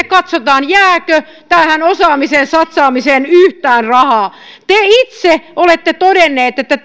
katsotaan jääkö tähän osaamiseen satsaamiseen yhtään rahaa te itse olette todenneet että